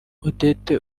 odette